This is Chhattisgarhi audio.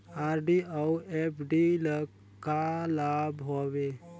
आर.डी अऊ एफ.डी ल का लाभ हवे?